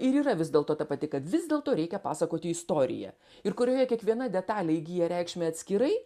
ir yra vis dėlto ta pati kad vis dėlto reikia pasakoti istoriją ir kurioje kiekviena detalė įgyja reikšmę atskirai